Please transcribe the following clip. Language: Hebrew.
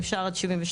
אפשר עד 72,